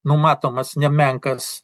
numatomas nemenkas